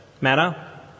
matter